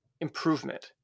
improvement